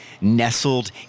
nestled